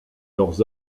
leurs